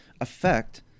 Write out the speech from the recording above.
affect